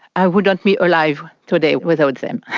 i wouldn't be alive today without them.